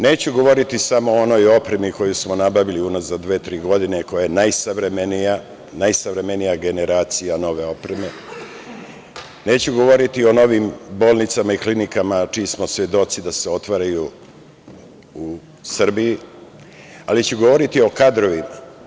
Neću govoriti samo o onoj opremi koju smo nabavili unazad dve, tri godine, koja je najsavremenija generacija nove opreme, neću govoriti o novim bolnicama i klinikama čiji smo svedoci da se otvaraju u Srbiji, ali ću govoriti o kadrovima.